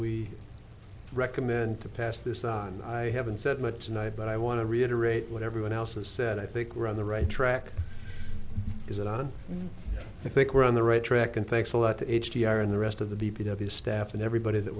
we recommend to pass this on i haven't said much tonight but i want to reiterate what everyone else has said i think we're on the right track is that i don't think we're on the right track and thanks a lot to h d r and the rest of the v p of his staff and everybody that